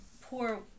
poor